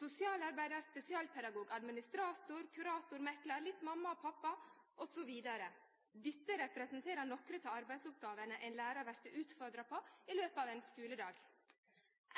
Sosialarbeidar, spesialpedagog, administrator, kurator, meklar, litt mamma og pappa osv. – dette representerer nokre av dei arbeidsoppgåvene ein lærar vert utfordra på i løpet av ein skuledag.